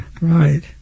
Right